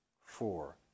four